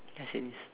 yes it is